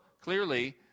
clearly